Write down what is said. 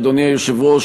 אדוני היושב-ראש,